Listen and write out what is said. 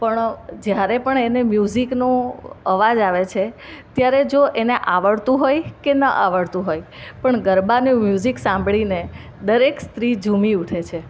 પણ જ્યારે પણ એને મ્યુઝિકનો અવાજ આવે છે ત્યારે જો એને આવડતું હોય કે ના આવડતું હોય પણ ગરબાનું મ્યુઝિક સાંભળીને દરેક સ્ત્રી ઝુમી ઉઠે છે